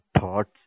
thoughts